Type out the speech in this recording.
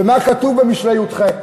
ומה כתוב במשלי י"ח?